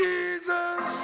Jesus